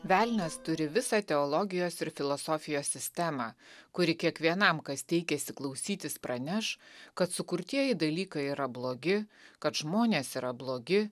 velnias turi visą teologijos ir filosofijos sistemą kuri kiekvienam kas teikėsi klausytis praneš kad sukurtieji dalykai yra blogi kad žmonės yra blogi